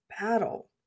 battle